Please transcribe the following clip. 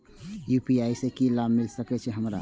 UPI से की लाभ मिल सकत हमरा?